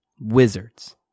Wizards